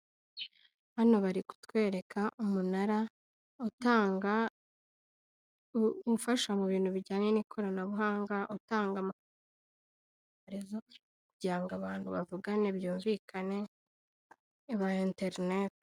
Hano bari kutwereka umunara utanga ufasha mu bintu bijyanye n'ikoranabuhanga utanga kugira abantu bavugane byumvikane ubaha interineti.